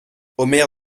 omer